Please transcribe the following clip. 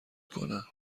کنند